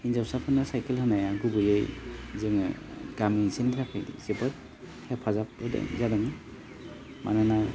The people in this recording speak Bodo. हिन्जावसाफोरनो साइखेल होनाया गुबैयै जोङो गामि ओनसोलनि थाखाय जोबोद हेफाजाब होदों जादों मानोना